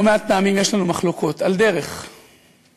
לא מעט פעמים יש לנו מחלוקות על דרך, עניינית,